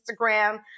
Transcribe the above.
Instagram